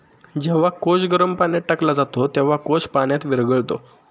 जेव्हा कोश गरम पाण्यात टाकला जातो, तेव्हा कोश पाण्यात विरघळतो